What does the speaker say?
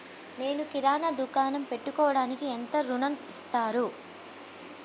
నేను కిరాణా దుకాణం పెట్టుకోడానికి ఎంత ఋణం ఇస్తారు?